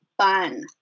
fun